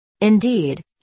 Indeed